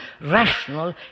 rational